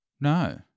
No